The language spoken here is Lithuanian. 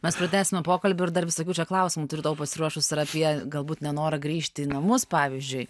mes pratęsime pokalbį ir dar visokių čia klausimų turiu tau pasiruošus ir apie galbūt nenorą grįžti į namus pavyzdžiui